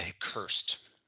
cursed